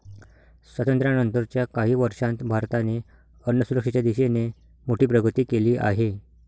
स्वातंत्र्यानंतर च्या काही वर्षांत भारताने अन्नसुरक्षेच्या दिशेने मोठी प्रगती केली आहे